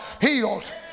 healed